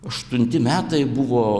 aštunti metai buvo